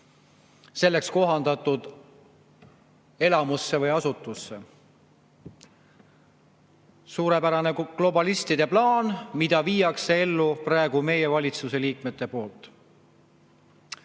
selleks kohandatud elamusse või asutusse. Suurepärane globalistide plaan, mida viivad praegu ellu meie valitsuse liikmed.Me